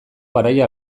garaia